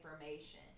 information